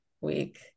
week